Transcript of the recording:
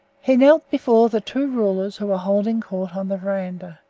he knelt before the two rulers who were holding court on the veranda.